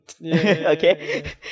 Okay